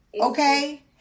Okay